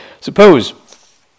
Suppose